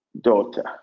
daughter